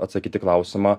atsakyt į klausimą